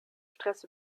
stress